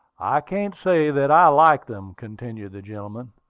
i can't say that i like them, continued the gentleman.